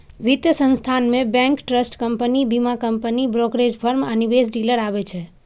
वित्त संस्थान मे बैंक, ट्रस्ट कंपनी, बीमा कंपनी, ब्रोकरेज फर्म आ निवेश डीलर आबै छै